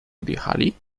odjechali